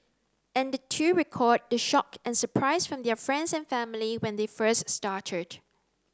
and the two recalled the shock and surprise from their friends and family when they first started